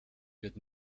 wird